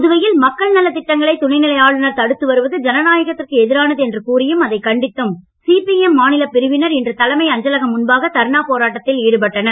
புதுவையில் மக்கள் நலத் திட்டங்களை துணைநிலை ஆளுநர் தடுத்து வருவது ஜனநாயகத்திற்கு எதிரானது என்று கூறியும் அதைக் கண்டித்தும் சிபிஎம் மாநிலப் பிரிவினர் இன்று தலைமை அஞ்சலகம் முன்பாக தர்ணா போராட்டத்தில் ஈடுபட்டனர்